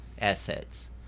assets